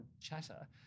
chatter